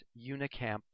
unicamp